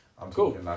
Cool